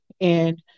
and-